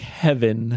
heaven